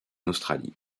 australie